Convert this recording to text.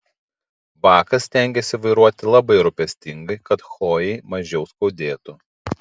bakas stengėsi vairuoti labai rūpestingai kad chlojei mažiau skaudėtų